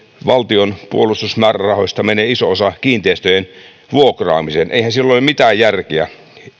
valtion puolustusmäärärahoista menee iso osa kiinteistöjen vuokraamiseen eihän siinä ole mitään järkeä